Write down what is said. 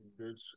Good